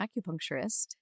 acupuncturist